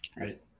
right